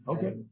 Okay